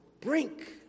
brink